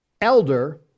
elder